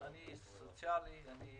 אני סוציאלי, אני